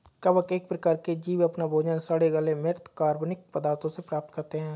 कवक एक प्रकार के जीव अपना भोजन सड़े गले म्रृत कार्बनिक पदार्थों से प्राप्त करते हैं